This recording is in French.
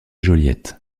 joliette